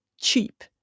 cheap